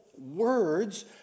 words